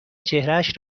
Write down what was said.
چهرهاش